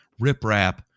riprap